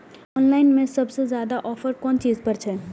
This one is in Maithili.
ऑनलाइन में सबसे ज्यादा ऑफर कोन चीज पर छे?